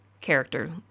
character